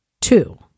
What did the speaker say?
Two